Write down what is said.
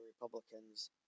Republicans